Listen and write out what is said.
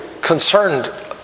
concerned